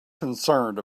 concerned